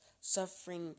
suffering